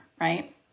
right